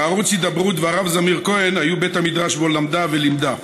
שערוץ הידברות והרב זמיר כהן היו בית המדרש שבו למדה ולימדה.